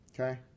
Okay